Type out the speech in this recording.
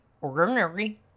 ordinary